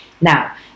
Now